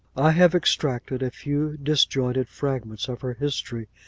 i have extracted a few disjointed fragments of her history,